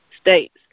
states